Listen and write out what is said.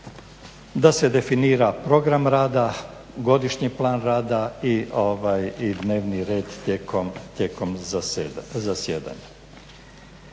da se definira program rada, godišnji plan rada i dnevni red tijekom zasjedanja.